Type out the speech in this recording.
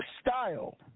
style